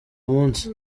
umunsi